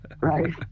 Right